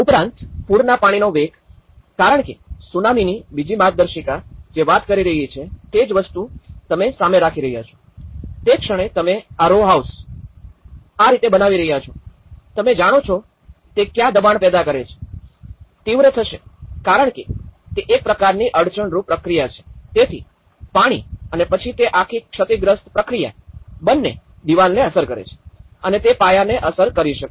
ઉપરાંત પૂરના પાણીનો વેગ કારણ કે સુનામીની બીજી માર્ગદર્શિકા જે વાત કરી રહી છે તે જ વસ્તુ તમે સામે રાખી રહ્યા છો તે ક્ષણે તમે આ રોહાઉસ આ રીતે બનાવી રહ્યા છો તમે જાણો છો તે ક્યાં દબાણ પેદા કરશે તીવ્ર થશે કારણ કે તે એક પ્રકારની અડચણરૂપ પ્રક્રિયા છે તેથી પાણી અને પછી તે આખી ક્ષતિગ્રસ્ત પ્રક્રિયા બંને દિવાલોને અસર કરે છે અને તે પાયાને અસર કરી શકે છે